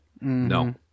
No